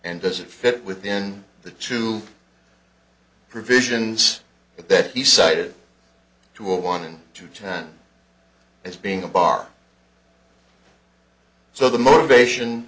and does it fit within the two provisions that he cited to a one and two time as being a bar so the motivation